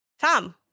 Tom